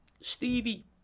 Stevie